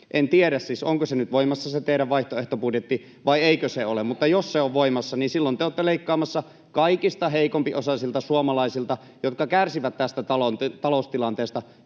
En tiedä siis, onko se teidän vaihtoehtobudjettinne nyt voimassa vai eikö se ole, mutta jos se on voimassa, niin silloin te olette leikkaamassa kaikista heikompiosaisilta suomalaisilta, jotka kärsivät tästä taloustilanteesta